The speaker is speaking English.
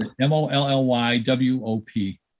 m-o-l-l-y-w-o-p